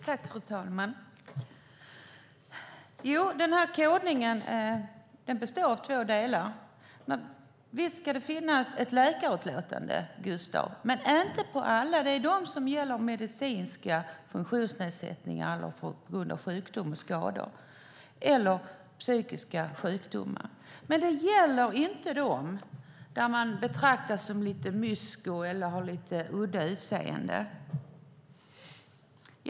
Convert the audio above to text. Fru talman! Jo, den här kodningen består av två delar. Visst ska det finnas ett läkarutlåtande, Gustav, men inte för alla. Det gäller medicinsk funktionsnedsättning, sjukdom, skador eller psykiska sjukdomar. Men det gäller inte dem som betraktas som lite mysko eller har ett udda utseende.